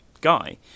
guy